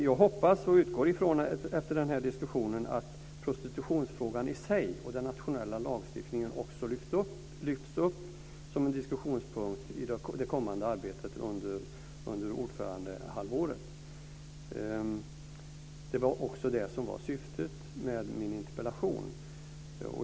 Jag hoppas och utgår ifrån att prostitutionsfrågan i sig i den nationella lagstiftningen lyfts upp som en diskussionspunkt i det kommande arbetet under ordförandehalvåret. Det var också syftet med min interpellation.